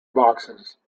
boxes